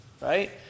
right